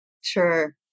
Sure